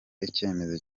icyemezo